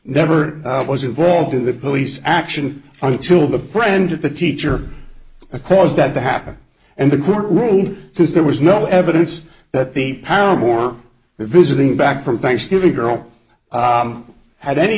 never was involved in the police action until the friend of the teacher a caused that to happen and the court ruled since there was no evidence that the power more the visiting back from thanksgiving girl had any